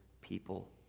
people